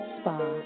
Spa